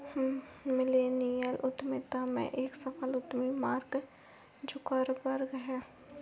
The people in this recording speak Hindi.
मिलेनियल उद्यमिता के एक सफल उद्यमी मार्क जुकरबर्ग हैं